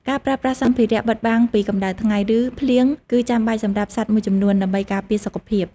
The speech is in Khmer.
ការប្រើប្រាស់សម្ភារៈបិទបាំងពីកម្តៅថ្ងៃ ឬភ្លៀងគឺចាំបាច់សម្រាប់សត្វមួយចំនួន ដើម្បីការពារសុខភាព។